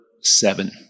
seven